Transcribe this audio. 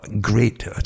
great